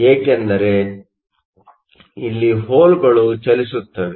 ಏಕೆಂದರೆ ಇಲ್ಲಿ ಹೋಲ್Holeಗಳು ಚಲಿಸುತ್ತವೆ